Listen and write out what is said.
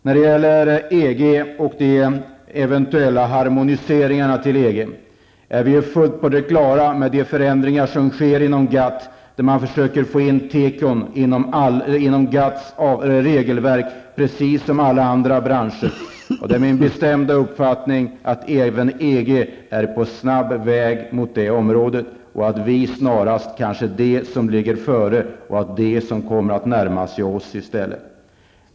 När det gäller EG och de eventuella harmoniseringarna till EG är vi fullt på det klara med de förändringar som sker inom GATT, där man försöker få in tekobranschen inom GATTs regelverk precis som alla andra branscher. Det är min bestämda uppfattning att även EG snabbt är på väg mot detta område, men att vi snarast kanske ligger före och att man inom EG kommer att närma sig oss i stället.